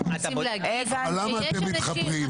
למה אתם מתחפרים?